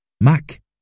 Mac